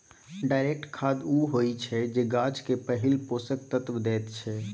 direct खाद उ होइ छै जे गाछ केँ पहिल पोषक तत्व दैत छै